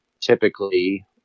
Typically